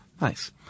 Nice